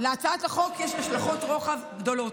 להצעת החוק יש השלכות רוחב גדולות.